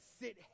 sit